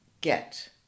get